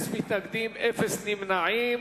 16, אפס מתנגדים ואפס נמנעים.